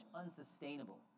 unsustainable